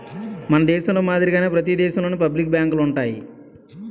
మన దేశంలో మాదిరిగానే ప్రతి దేశంలోనూ పబ్లిక్ బ్యాంకులు ఉంటాయి